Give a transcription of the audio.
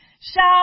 shout